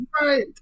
Right